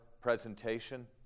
presentation